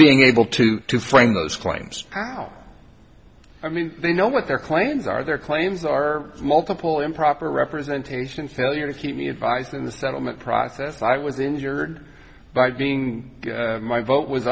being able to to find those claims how i mean they know what their claims are their claims are multiple improper representation failure to keep me advised in the settlement process i was injured by being my vote was